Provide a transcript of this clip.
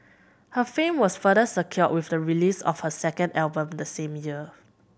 her fame was further secured with the release of her second album the same year